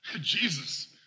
Jesus